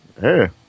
hey